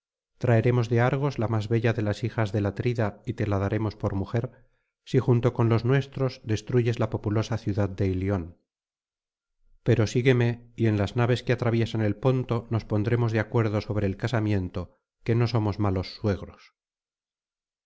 traeremos de argos la más bella de las hijas del atrida y te la daremos por mujer si junto con los nuestros destruyes la populosa ciudad de ilion pero sigúeme y en las naves que atraviesan el ponto nos pondremos de acuerdo sobre el casamiento que no somos malos suegros